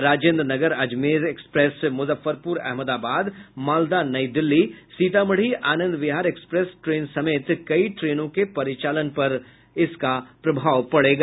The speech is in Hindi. राजेन्द्र नगर अजमेर म्रजफ्फरपुर अहमदाबाद मालदा नई दिल्ली सीतामढ़ी आनंद विहार एक्सप्रेस ट्रेन समेत कई ट्रेनों के परिचालन पर प्रभाव पड़ेगा